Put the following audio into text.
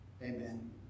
Amen